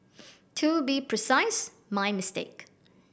to be precise my mistake